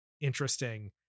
interesting